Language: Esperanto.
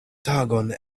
tagon